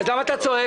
אז למה אתה צועק?